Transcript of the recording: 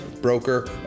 broker